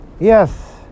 Yes